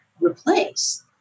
replace